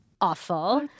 Awful